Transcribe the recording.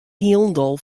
hielendal